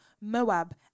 Moab